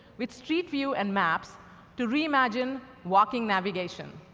with street view and maps to re-imagine walking navigation.